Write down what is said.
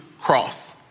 cross